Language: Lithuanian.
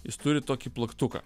jis turi tokį plaktuką